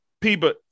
people